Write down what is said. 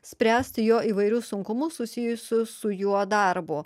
spręsti jo įvairius sunkumus susijusius su juo darbu